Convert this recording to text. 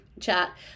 chat